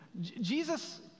Jesus